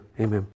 amen